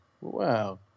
wow